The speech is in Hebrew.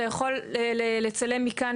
אתה יכול לצלם מכאן,